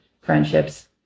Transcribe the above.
friendships